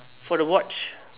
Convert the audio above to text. for the watch